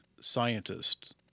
scientists